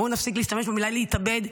בואו נפסיק להשתמש במילה "להתאבד",